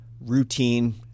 routine